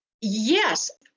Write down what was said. Yes